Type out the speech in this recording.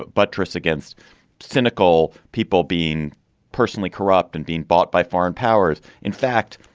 but buttress against cynical people being personally corrupt and being bought by foreign powers. in fact,